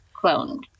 cloned